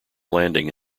landing